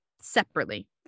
separately